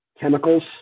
chemicals